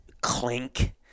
clink